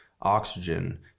oxygen